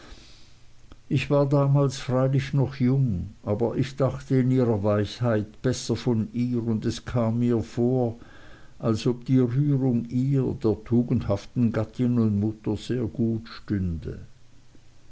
ich war damals freilich noch jung aber ich dachte in ihrer weichheit besser von ihr und es kam mir vor als ob die rührung ihr der tugendhaften gattin und mutter sehr gut stünde